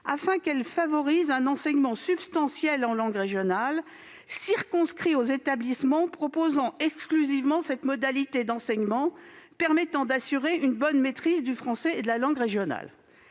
afin qu'elle favorise un enseignement substantiel en langue régionale, circonscrit aux établissements proposant exclusivement cette modalité d'enseignement, permettant d'assurer une bonne maîtrise du français et de la langue régionale.